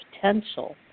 potential